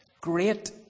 great